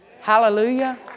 hallelujah